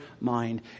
mind